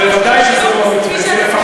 ודאי שזה המתווה.